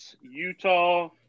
Utah